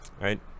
right